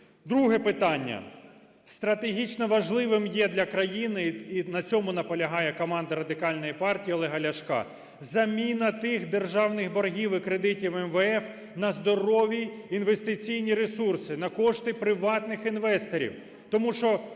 Друге питання. Стратегічно важливим є для країни, – і на цьому наполягає команда Радикальної партії Олега Ляшка, – заміна тих державних боргів і кредитів МВФ на здорові інвестиційні ресурси, на кошти приватних інвесторів, тому що